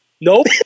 Nope